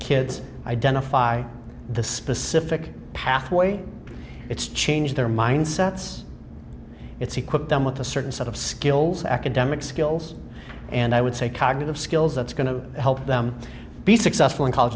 kids identify the specific pathway it's changed their mindsets it's equip them with a certain set of skills academic skills and i would say cognitive skills that's going to help them be successful in college